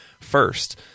first